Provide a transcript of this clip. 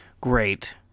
great